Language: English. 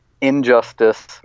Injustice